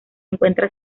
encuentra